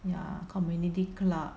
ya community club